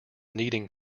needing